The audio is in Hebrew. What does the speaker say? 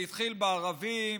זה התחיל בערבים,